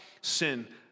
sin